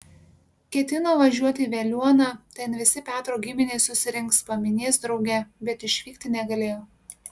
ketino važiuoti į veliuoną ten visi petro giminės susirinks paminės drauge bet išvykti negalėjo